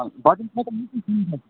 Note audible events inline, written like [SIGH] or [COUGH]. [UNINTELLIGIBLE]